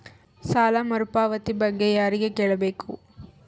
ಸಾಲ ಮರುಪಾವತಿ ಬಗ್ಗೆ ಯಾರಿಗೆ ಕೇಳಬೇಕು?